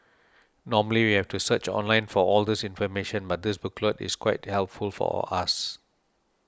normally we have to search online for all this information but this booklet is quite helpful for us